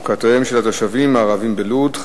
הצעה לסדר-היום מס' 5066,